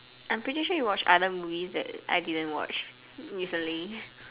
I'm pretty sure you watch other movies that I didn't watch recently